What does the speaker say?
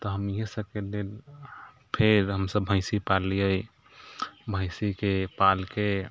तऽ हम ईहे सबके लेल फेर हमसब भैँसी पाललिए भैँसीके पालके